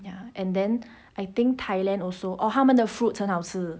ya and then I think thailand also oh 他们的 fruit 很好吃